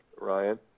Ryan